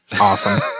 Awesome